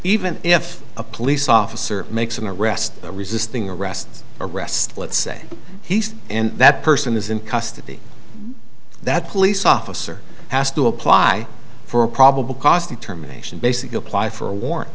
even if a police officer makes an arrest or resisting arrest arrest let's say he's and that person is in custody that police officer has to apply for a probable cause determination basically apply for a warrant